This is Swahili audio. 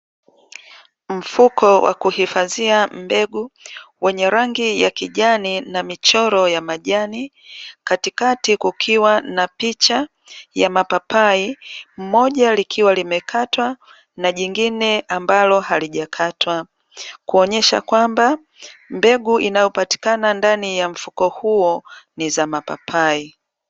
Mfuko wa kuhifadhia mbegu wenye rangi ya kijani na mchoro wa majani, katikati kukiwa na picha ya mapapai. Moja likiwa limekatwa na lingine ambalo halijakatwa kuonyesha kwamba mbegu inayopatikana ndani ya mfuko huo ni za mapapai.